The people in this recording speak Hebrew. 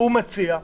הוא מציע: